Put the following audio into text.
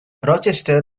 rochester